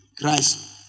Christ